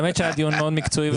האמת שהיה דיון מאוד מקצועי.